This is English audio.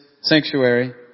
sanctuary